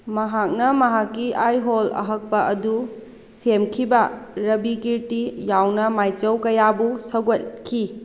ꯃꯍꯥꯛꯅ ꯃꯍꯥꯛꯀꯤ ꯑꯥꯏꯍꯣꯜ ꯑꯍꯛꯄ ꯑꯗꯨ ꯁꯦꯝꯈꯤꯕ ꯔꯕꯤꯀꯤꯔꯇꯤ ꯌꯥꯎꯅ ꯃꯥꯏꯆꯧ ꯀꯌꯥꯕꯨ ꯁꯧꯒꯠꯈꯤ